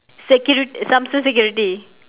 securi~ samsung security